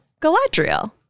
Galadriel